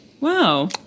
wow